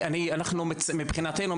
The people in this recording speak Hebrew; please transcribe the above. מבחינתנו,